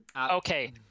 Okay